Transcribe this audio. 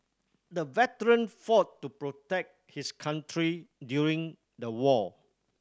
the veteran fought to protect his country during the war